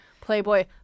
playboy